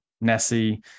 Nessie